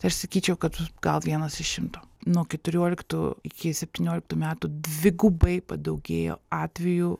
tai aš sakyčiau kad gal vienas iš šimto nuo keturioliktų iki septynioliktų metų dvigubai padaugėjo atvejų